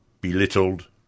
Belittled